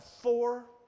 four